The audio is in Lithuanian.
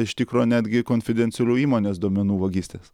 iš tikro netgi konfidencialių įmonės duomenų vagystės